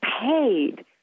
paid